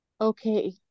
Okay